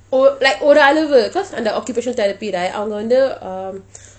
oh like ஒரு அளவு:oru alavu cause on the occupational therapy right அவங்க வந்து:avanka vanthu um